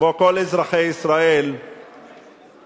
כמו כל אזרחי ישראל מהתייחסות